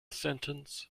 sentence